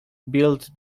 build